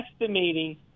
estimating